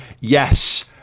Yes